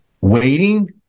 waiting